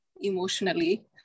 emotionally